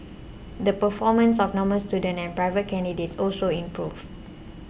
the performance of normal students and private candidates also improved